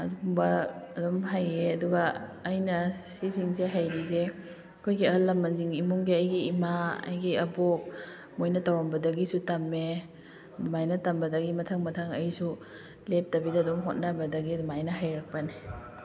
ꯑꯗꯨꯒꯨꯝꯕ ꯑꯗꯨꯝ ꯍꯩꯌꯦ ꯑꯗꯨꯒ ꯑꯩꯅ ꯁꯤꯖꯤꯡꯁꯦ ꯍꯩꯔꯤꯁꯦ ꯑꯩꯈꯣꯏꯒꯤ ꯑꯍꯜ ꯂꯃꯟꯁꯤꯡ ꯏꯃꯨꯡꯒꯤ ꯑꯩꯒꯤ ꯏꯃꯥ ꯑꯩꯒꯤ ꯑꯕꯣꯛ ꯃꯣꯏꯅ ꯇꯧꯔꯝꯕꯗꯒꯤꯁꯨ ꯇꯝꯃꯦ ꯑꯗꯨꯃꯥꯏꯅ ꯇꯝꯕꯗꯒꯤ ꯃꯊꯪ ꯃꯊꯪ ꯑꯩꯁꯨ ꯂꯦꯞꯇꯕꯤꯗ ꯑꯗꯨꯝ ꯍꯣꯠꯅꯕꯗꯒꯤ ꯑꯗꯨꯃꯥꯏꯅ ꯍꯩꯔꯛꯄꯅꯤ